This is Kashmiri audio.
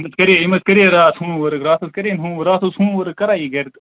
أمۍ حظ کَرے أمۍ حظ کَرے راتھ ہوٗم ؤرِک راتھ حظ کَرے أمۍ ہوٗم ؤرک راتھ اوس ہوٗم ؤرک کَران یہِ گَرِ تہٕ